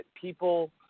people